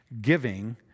giving